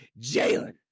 Jalen